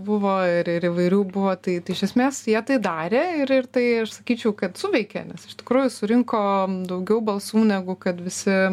buvo ir įvairių buvo tai tai iš esmės jie tai darė ir tai aš sakyčiau kad suveikė nes iš tikrųjų surinko daugiau balsų negu kad visi